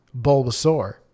Bulbasaur